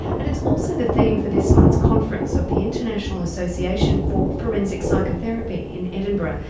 and it's also the theme for this month's conference of the international association for forensic psychotherapy in edinburgh.